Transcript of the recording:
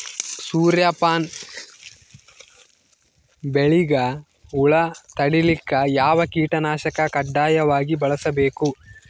ಸೂರ್ಯಪಾನ ಬೆಳಿಗ ಹುಳ ತಡಿಲಿಕ ಯಾವ ಕೀಟನಾಶಕ ಕಡ್ಡಾಯವಾಗಿ ಬಳಸಬೇಕು?